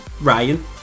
Ryan